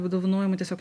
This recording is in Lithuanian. apdovanojimų tiesiog